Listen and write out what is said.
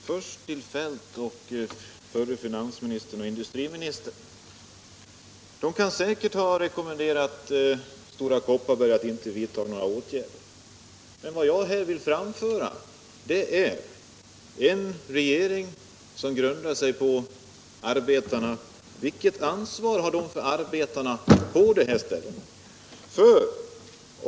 Herr talman! Först till herr Feldt och industriministern. De kan säkert ha rekommenderat Stora Kopparberg att inte vidta några åtgärder, men vad jag vill fråga är vilket ansvar en regering, som stöder sig på arbetarna, har för arbetarna på det här stället.